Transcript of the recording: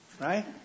right